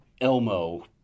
Elmo